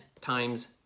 times